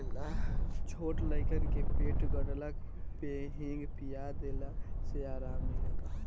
छोट लइकन के पेट गड़ला पे हिंग पिया देला से आराम मिलेला